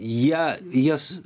jie jas